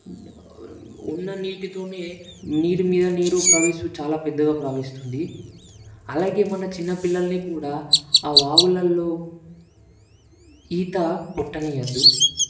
ఉన్న నీటితోనే నీరు మీద నీరు ప్రవహిస్తూ చాలా పెద్దగా ప్రవహిస్తుంది అలాగే మన చిన్న పిల్లల్ని కూడా ఆ వాగుల్లో ఈత కొట్టనివ్వద్దు